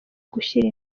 gushyira